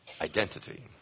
identity